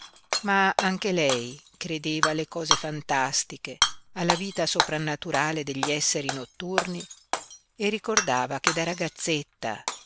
ma anche lei credeva alle cose fantastiche alla vita soprannaturale degli esseri notturni e ricordava che da ragazzetta